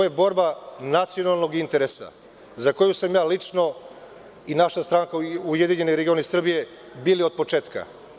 Ovo je borba nacionalnog interesa za koju sam ja lično i naša stranka URS bili od početka.